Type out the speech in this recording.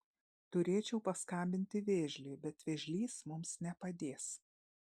turėčiau paskambinti vėžliui bet vėžlys mums nepadės